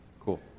Cool